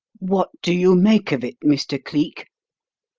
what do you make of it, mr. cleek?